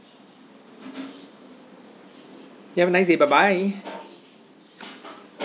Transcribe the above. you have a nice day bye bye